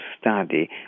study